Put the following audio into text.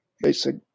basic